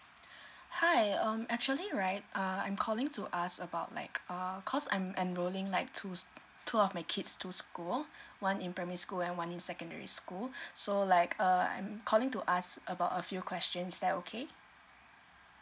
hi um actually right uh I'm calling to ask about like err cause I'm enrolling like to two of my kids to school one in primary school and one in secondary school so like err I'm calling to ask about a few questions is that okay